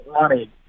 money